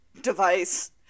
device